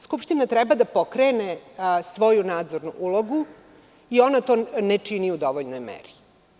Skupština treba da pokrene svoju nadzornu ulogu i ona to ne čini u dovoljnoj meri.